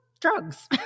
drugs